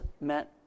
meant